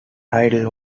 title